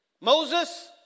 Moses